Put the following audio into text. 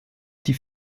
die